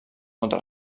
contra